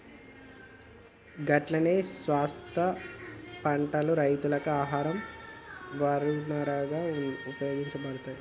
గట్లనే శాస్వత పంటలు రైతుకు ఆహార వనరుగా ఉపయోగపడతాయి